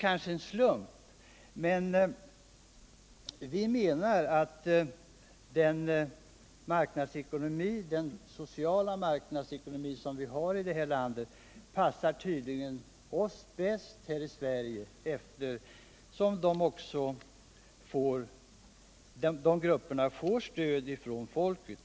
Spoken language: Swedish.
Kanske är det en slump men vi menar att den sociala marknadsekonomi som vi har i detta land passar oss i Sverige bäst, eftersom den stöds av merparten av svenska folket.